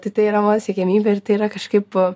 tai tai yra mano siekiamybė ir tai yra kažkaip